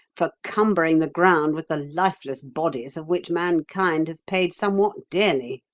for cumbering the ground with the lifeless bodies of which mankind has paid somewhat dearly.